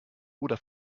oder